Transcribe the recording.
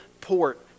port